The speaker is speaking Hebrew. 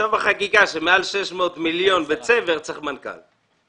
תכתוב שמעל 600 מיליון בצבר, צריך מנכ"ל.